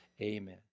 amen